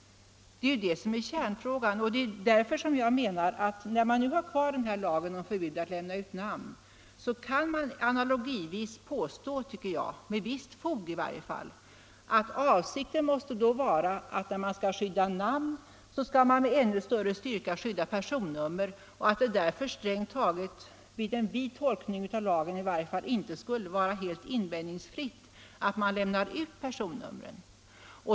Det är detta som är kärnfrågan. Jag menar att när man har kvar lagen om förbud mot att lämna ut namn kan det analogivis med visst fog göras gällande att avsikten måste vara att när man skall skydda namn skall man med ännu större styrka skydda personnummer. Därför skulle det strängt taget — i varje fall med en vid tolkning av lagen — inte vara helt invändningsfritt att lämna ut personnumret.